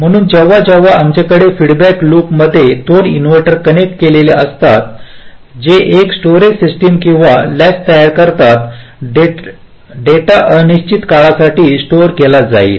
म्हणून जेव्हा जेव्हा आमच्याकडे फीडबॅक लूपमध्ये दोन इन्व्हर्टर कनेक्ट केलेले असतात जे एक स्टोरेज सिस्टम किंवा लॅच तयार करतात डेटा अनिश्चित काळासाठी स्टोर केला जाईल